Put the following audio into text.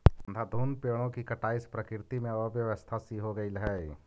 अंधाधुंध पेड़ों की कटाई से प्रकृति में अव्यवस्था सी हो गईल हई